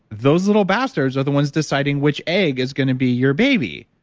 those little bastards are the ones deciding which egg is going to be your baby,